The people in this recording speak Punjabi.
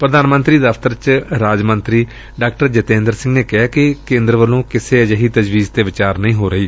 ਪ੍ਧਾਨ ਮੰਤਰੀ ਦਫ਼ਤਰ ਚ ਰਾਜ ਮੰਤਰੀ ਡਾ ਜਤੇਂਦਰ ਸਿੰਘ ਨੇ ਕਿਹੈ ਕਿ ਕੇਂਦਰ ਵਲੋਂ ਕਿਸੇ ਅਜਿਹੀ ਤਜਵੀਜ਼ ਤੇ ਵਿਚਾਰ ਨਹੀਂ ਹੋ ਰਹੀ